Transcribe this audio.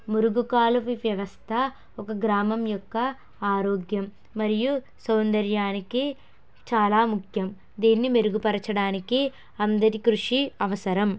మురుగు కాలు వ్యవస్థ ఒక గ్రామం యొక్క ఆరోగ్యం మరియు సౌందర్యానికి చాలా ముఖ్యం దీన్ని మెరుగుపరచడానికి అందరి కృషి అవసరం